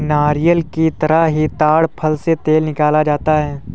नारियल की तरह ही ताङ फल से तेल निकाला जाता है